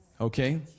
Okay